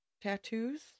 tattoos